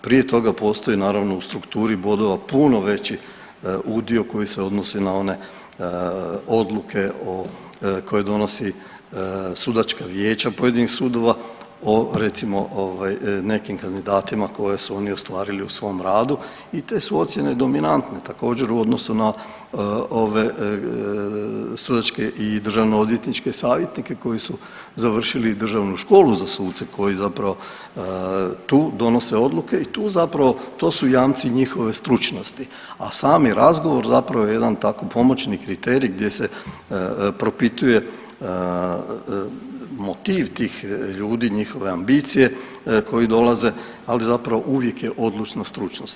Prije toga postoji, naravno u strukturi bodova puno veći udio koji se odnosi na one odluke o koje donosi sudačka vijeća pojedinih sudova o recimo, nekim kandidatima koje su oni ostvarili u svom radu i te su ocjene dominantne, također, u odnosu na ove sudačke i državnoodvjetničke savjetnike koji su završili Državnu školu za suce, koji zapravo tu donose odluke i tu zapravo, to su jamci njihove stručnosti, a sami razgovor zapravo je jedan tako, pomoćni kriterij gdje se propituje motiv tih ljudi, njihove ambiciji dolaze, ali zapravo uvijek je odlučnost stručnost.